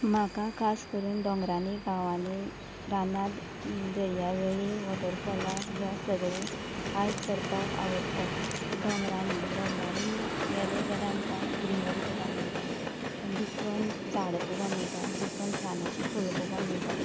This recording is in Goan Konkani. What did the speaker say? म्हाका खास करून डोंगरांनी गांवांनी रानांत दर्या वेळीर वॉटरफॉलाक ह्या सगळें हायक करपाक आवडटा डोंगरांनी डोंगरांनी गेलें जाल्यार आमकां ग्रिनरी पोवपा मेळटा डिफ्रंट झाड पोवपा मेळटा डिफ्रंट रानांची फूल पोवपा मेळटा